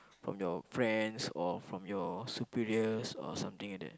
from your friends or from your superiors or something like that